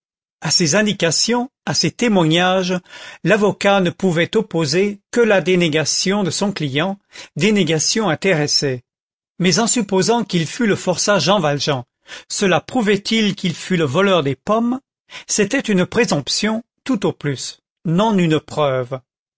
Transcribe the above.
à ces indications à ces témoignages l'avocat ne pouvait opposer que la dénégation de son client dénégation intéressée mais en supposant qu'il fût le forçat jean valjean cela prouvait il qu'il fût le voleur des pommes c'était une présomption tout au plus non une preuve